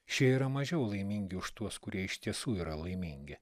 šie yra mažiau laimingi už tuos kurie iš tiesų yra laimingi